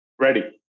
Ready